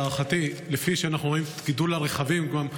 לפי גידול מספר הרכבים שאנחנו רואים,